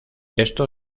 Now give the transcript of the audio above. esto